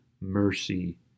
mercy